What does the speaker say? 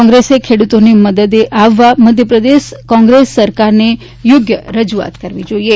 કોંગ્રેસે ખેડૂતોની મદદે આવવા મધ્યપ્રદેશ કોંગ્રેસ સરકારને યોગ્ય રજૂઆત કરવી જોઈએ